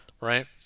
right